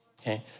okay